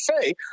say